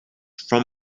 from